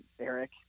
Eric